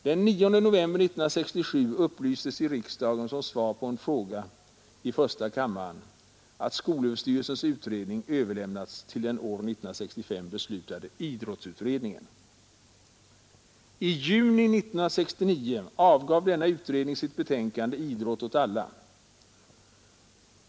Den 9 november 1967 upplystes i riksdagen som svar på en fråga i första kammaren att skolöverstyrelsens utredning överlämnats till den år 1965 beslutade idrottsutredningen. I juni 1969 avgav denna utredning sitt betänkande Idrott åt alla.